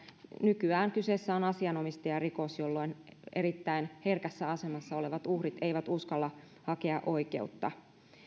nykyään kyseessä on asianomistajarikos jolloin erittäin herkässä asemassa olevat uhrit eivät uskalla hakea oikeutta